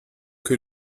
que